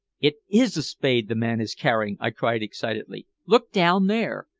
it is a spade the man is carrying! i cried excitedly. look down there!